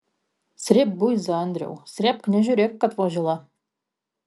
srėbk buizą andriau srėbk nežiūrėk kad vos žila